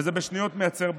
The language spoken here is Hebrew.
וזה בשניות מייצר בעיה.